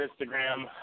Instagram